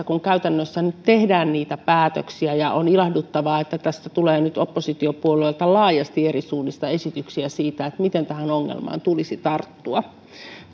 kun käytännössä tehdään niitä päätöksiä ja on ilahduttavaa että tässä tulee nyt oppositiopuolueilta laajasti eri suunnista esityksiä siitä miten tähän ongelmaan tulisi tarttua